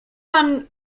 pan